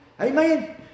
Amen